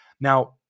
Now